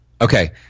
Okay